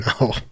No